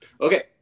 Okay